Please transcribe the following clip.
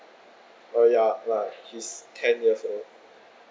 uh ya uh he's ten years old